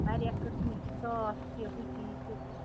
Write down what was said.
واریاہ قٕسمہٕ چھِ صاف تہِ ہُہ تہِ یہِ تہِ تہٕ